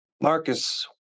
Marcus